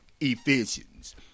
Ephesians